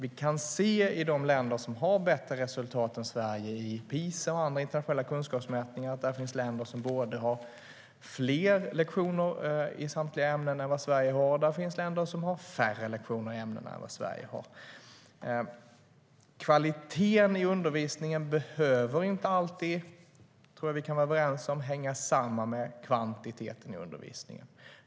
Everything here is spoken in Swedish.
Bland de länder som har bättre resultat än Sverige i PISA och andra internationella kunskapsmätningar kan vi se att det både finns dem som har fler lektioner i samtliga ämnen än vad Sverige har och dem som har färre lektioner i ämnena än vad Sverige har. Kvaliteten i undervisningen behöver inte alltid hänga samman med kvantiteten i undervisningen. Det tror jag att vi kan vara överens om.